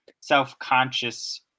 self-conscious